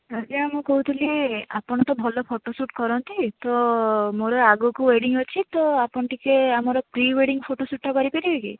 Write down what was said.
ଆଜ୍ଞା ମୁଁ କହୁଥିଲି ଆପଣ ତ ଭଲ ଫଟୋ ସୁଟ୍ କରନ୍ତି ତ ମୋର ଆଗକୁ ୱେଡ଼ିଙ୍ଗ୍ ଅଛି ତ ଆପଣ ଟିକିଏ ଆମର ପ୍ରି ୱେଡ଼ିଙ୍ଗ୍ ଫଟୋ ସୁଟ୍ଟା କରିପାରିବେ କି